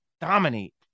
dominate